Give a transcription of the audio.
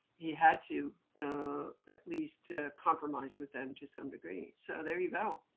he had to at least compromise with them, to some degree. so there you go.